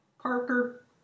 Parker